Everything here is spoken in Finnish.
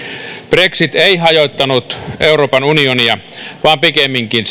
brexit ei hajottanut euroopan unionia vaan pikemminkin